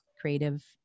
creative